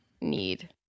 need